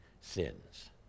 sins